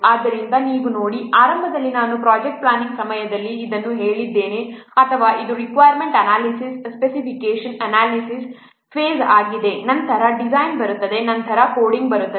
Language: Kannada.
ಆದ್ದರಿಂದ ನೀವು ನೋಡಿ ಆರಂಭದಲ್ಲಿ ನಾನು ಪ್ರೊಜೆಕ್ಟ್ ಪ್ಲಾನಿಂಗ್ ಸಮಯದಲ್ಲಿ ಇದನ್ನು ಹೇಳಿದ್ದೇನೆ ಅಥವಾ ಇದು requirement analysis specification analysis phase ಆಗಿದೆ ನಂತರ ಡಿಸೈನ್ ಬರುತ್ತದೆ ನಂತರ ಕೋಡಿಂಗ್ ಬರುತ್ತದೆ